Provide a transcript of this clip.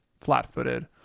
flat-footed